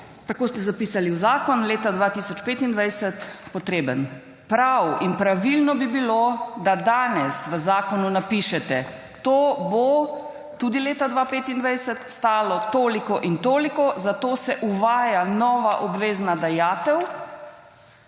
tako ste zapisali v zakon, leta 2025, potreben. Prav in pravilno bi bilo, da danes v zakonu napišete, to bo tudi leta 2025 stalo toliko in toliko, za to se uvaja nova obvezna dajatev